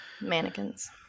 Mannequins